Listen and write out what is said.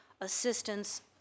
assistance